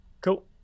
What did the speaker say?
Cool